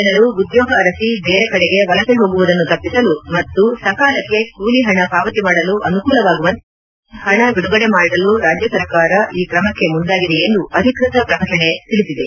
ಜನರು ಉದ್ಯೋಗ ಅರಸಿ ಬೇರೆ ಕಡೆಗೆ ವಲಸೆ ಹೋಗುವುದನ್ನು ತಪ್ಪಿಸಲು ಮತ್ತು ಸಕಾಲಕ್ಷೆ ಕೂಲಿ ಹಣ ಪಾವತಿ ಮಾಡಲು ಅನುಕೂಲವಾಗುವಂತೆ ಮುಂಗಡವಾಗಿ ಹಣ ಬಿಡುಗಡೆ ಮಾಡಲು ರಾಜ್ಯ ಸರ್ಕಾರ ಈ ಕ್ರಮಕ್ಕೆ ಮುಂದಾಗಿದೆ ಎಂದು ಅಧಿಕೃತ ಪ್ರಕಟಣೆ ತಿಳಿಸಿದೆ